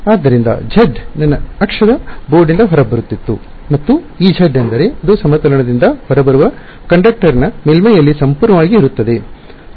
ಆದ್ದರಿಂದ z ನನ್ನ ಅಕ್ಷದ ಬೋರ್ಡ್ನಿಂದ ಹೊರಬರುತ್ತಿತ್ತು ಮತ್ತು Ez ಎಂದರೆ ಅದು ಸಮತಲದಿಂದ ಹೊರಬರುವ ಕಂಡಕ್ಟರ್ನ ಮೇಲ್ಮೈಯಲ್ಲಿ ಸಂಪೂರ್ಣವಾಗಿ ಇರುತ್ತದೆ